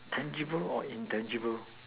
tangible or intangible